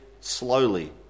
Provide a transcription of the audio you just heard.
slowly